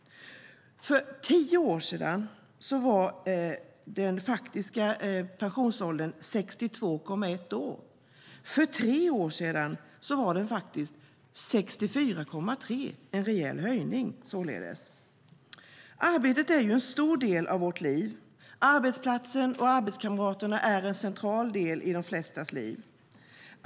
För tio är sedan var den faktiska pensionsåldern 62,1 år. För tre år sedan var den 64,3 - en rejäl höjning således. Arbetet är ju en stor del av vårt liv. Arbetsplatsen och arbetskamraterna är en central del i de flestas liv.